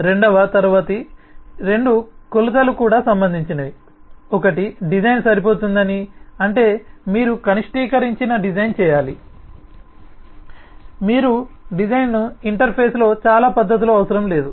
రెండవ తరువాతి రెండు కొలతలు కూడా సంబంధించినవి ఒకటి డిజైన్ సరిపోతుందని అంటే మీరు కనిష్టీకరించిన డిజైన్ చేయాలి మీరు డిజైన్ చేయకూడదు ఇంటర్ఫేస్లో చాలా పద్ధతులు అవసరం లేదు